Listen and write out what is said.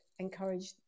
encourage